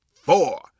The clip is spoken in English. four